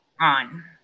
On